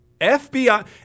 FBI